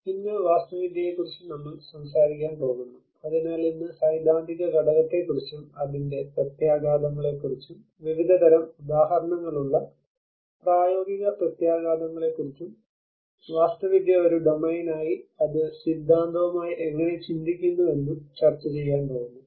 ഇന്ന് വാസ്തുവിദ്യയെക്കുറിച്ച് നമ്മൾ സംസാരിക്കാൻ പോകുന്നു അതിനാൽ ഇന്ന് സൈദ്ധാന്തിക ഘടകത്തെക്കുറിച്ചും അതിന്റെ പ്രത്യാഘാതങ്ങളെക്കുറിച്ചും വിവിധതരം ഉദാഹരണങ്ങളുള്ള പ്രായോഗിക പ്രത്യാഘാതങ്ങളെക്കുറിച്ചും വാസ്തുവിദ്യ ഒരു ഡൊമെയ്നായി അത് സിദ്ധാന്തവുമായി എങ്ങനെ ചിന്തിക്കുന്നുവെന്നും ചർച്ചചെയ്യാൻ പോകുന്നു